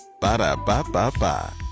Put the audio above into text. Ba-da-ba-ba-ba